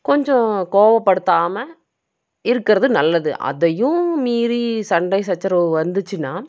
கொஞ்சம் கோவப்படுத்தாமல் இருக்கிறது நல்லது அதையும் மீறி சண்டை சச்சரவு வந்துச்சினா